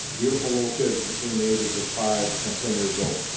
beautiful little kids between the ages of five and ten years old.